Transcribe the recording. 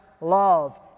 love